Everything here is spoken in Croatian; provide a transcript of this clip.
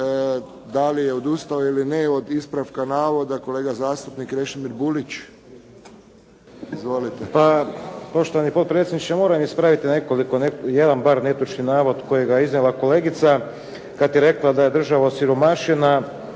Da li je odustao ili ne od ispravka navoda, kolega zastupnik Krešimir Gulić. Izvolite. **Gulić, Krešimir (HDZ)** Hvala gospodine potpredsjedniče. Moram ispraviti nekoliko, jedan bar netočan navod kojega je iznijela kolegica kad je rekla da je država osiromašena,